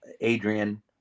Adrian